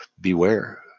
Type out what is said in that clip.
beware